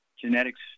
genetics